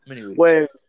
Wait